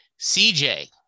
CJ